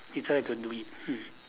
you still have to do it mm